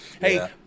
Hey